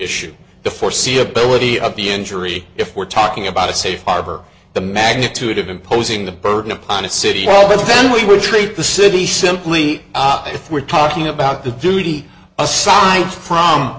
issue the foreseeability of the injury if we're talking about a safe harbor the magnitude of imposing the burden upon a city hall but then we treat the city simply if we're talking about the duty assigned from